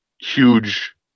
huge